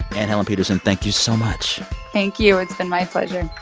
anne helen petersen, thank you so much thank you. it's been my pleasure